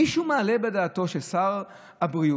האם מישהו מעלה על דעתו ששר הבריאות,